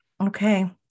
Okay